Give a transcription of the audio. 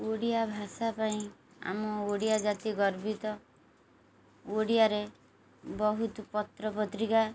ଓଡ଼ିଆ ଭାଷା ପାଇଁ ଆମ ଓଡ଼ିଆ ଜାତି ଗର୍ବିତ ଓଡ଼ିଆରେ ବହୁତ ପତ୍ର ପତ୍ରିକା